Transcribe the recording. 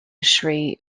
sri